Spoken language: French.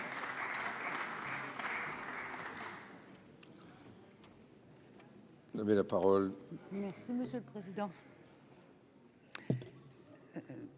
Merci